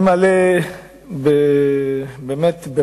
אברהם מיכאלי, הצעה לסדר-היום